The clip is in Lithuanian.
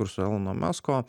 ir su elono mesko